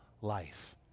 life